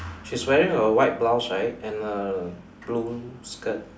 she's wearing a white blouse right and a blue skirt